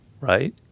Right